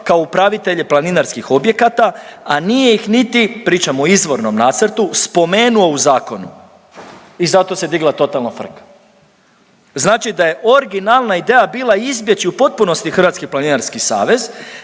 kao upravitelje planinarskih objekata, a nije ih niti, pričam o izvornom nacrtu, spomenuo u zakonu i zato se digla totalna frka. Znači da je originalna ideja bila izbjeći u potpunosti Hrvatski planinarski savez,